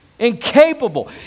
incapable